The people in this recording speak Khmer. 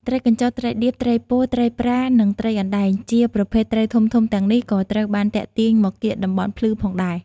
ត្រីកញ្ចុះ ត្រីដៀប ត្រីពោ ត្រីប្រា និងត្រីអណ្តែង ជាប្រភេទត្រីធំៗទាំងនេះក៏ត្រូវបានទាក់ទាញមកកៀកតំបន់ភ្លឺផងដែរ។